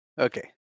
okay